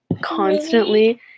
constantly